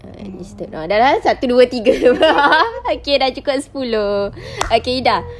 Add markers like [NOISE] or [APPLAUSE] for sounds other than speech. err enlisted ah sudah lah satu dua tiga [LAUGHS] okay sudah cukup sepuluh [NOISE] okay ida